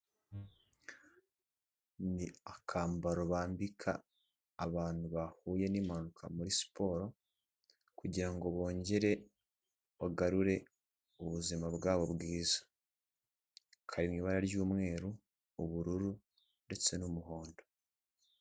Ni akambaro bambika abantu bahuye n'impanuka muri siporo, kugira ngo bongere bagarure ubuzima bwabo bwiza. Kari mu ibara ry'umweru, ubururu, ndetse n'umuhondo.